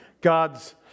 God's